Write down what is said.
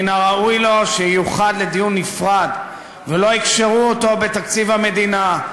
מן הראוי לו שייוחד לו דיון נפרד ולא יקשרו אותו בתקציב המדינה,